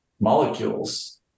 molecules